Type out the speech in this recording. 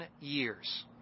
years